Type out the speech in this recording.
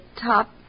top